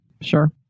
Sure